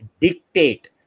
dictate